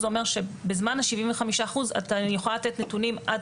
זה אומר שבזמן ה-75% אני יכולה לתת נתונים עד